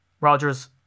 Rogers